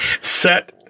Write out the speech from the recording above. set